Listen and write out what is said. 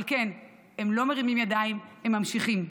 אבל כן, הם לא מרימים ידיים, הם ממשיכים.